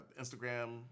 Instagram